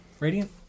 Radiant